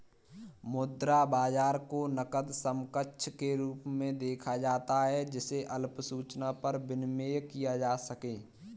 मुद्रा बाजार को नकद समकक्ष के रूप में देखा जाता है जिसे अल्प सूचना पर विनिमेय किया जा सके